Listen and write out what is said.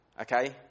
Okay